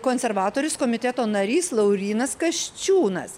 konservatorius komiteto narys laurynas kasčiūnas